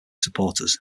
supporters